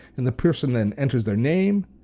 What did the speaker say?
and the person then enters their name,